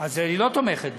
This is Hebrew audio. אז היא לא תומכת בזה.